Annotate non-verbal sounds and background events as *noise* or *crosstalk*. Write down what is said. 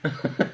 *laughs*